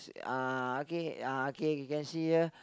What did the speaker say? uh okay(uh) okay you can see here